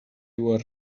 were